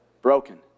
broken